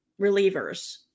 relievers